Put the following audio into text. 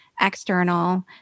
external